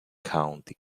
county